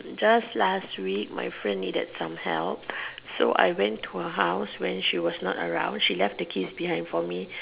just last week my friend needed some help so I went to her house when she was not around she left the keys behind for me